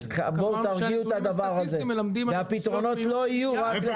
בואו תרגיעו את הדבר הזה והפתרונות לא יהיו רק לערבים וחרדים.